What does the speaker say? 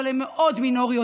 אבל הן מאוד מינוריות,